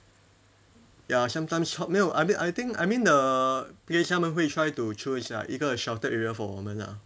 ya sometimes hot 没有 I mean I think I mean the place 他们会 try to choose like 一个 sheltered area for 我们 ah